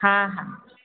हा हा